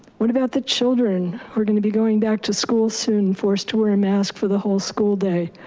what about the children, who are gonna be going back to school soon, forced to wear a mask for the whole school day.